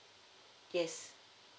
yes